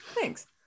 Thanks